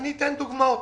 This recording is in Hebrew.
אתן דוגמאות: